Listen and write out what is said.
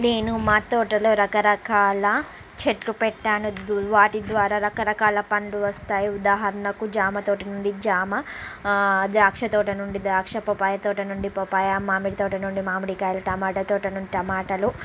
నేను మా తోటలో రకరకాల చెట్లు పెట్టాను వాటి ద్వారా రకరకాల పండు వస్తాయి ఉదాహరణకు జామ తోటి నుండి జామ ద్రాక్ష తోట నుండి ద్రాక్ష పపాయ తోట నుండి పపాయ మామిడి తోట నుండి మామిడికాయలు టమాట తోట నుండి టమాటాలు